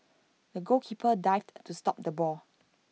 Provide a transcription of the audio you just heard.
the goalkeeper dived to stop the ball